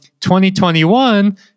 2021